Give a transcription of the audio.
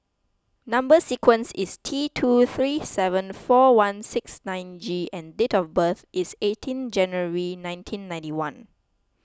Number Sequence is T two three seven four one six nine G and date of birth is eighteen January nineteen ninety one